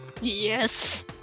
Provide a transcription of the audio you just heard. Yes